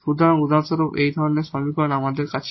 সুতরাং উদাহরণস্বরূপ এই ধরনের সমীকরণ যখন আমাদের আছে